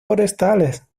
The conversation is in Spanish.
forestales